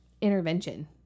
intervention